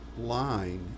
line